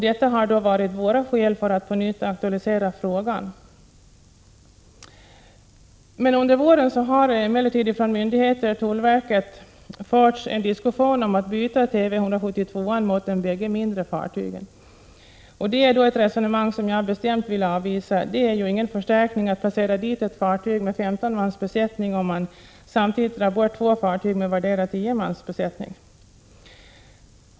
Detta har varit våra skäl för att på nytt aktualisera frågan. Under våren har emellertid från myndigheter, tullverket, förts en diskussion om att byta Tv 172 mot de båda mindre fartygen. Detta är ett resonemang som jag bestämt vill avvisa. Det är ju ingen förstärkning att där placera ett fartyg med 15 mans besättning och samtidigt dra bort två fartyg med vardera 10 man.